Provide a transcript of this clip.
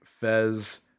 Fez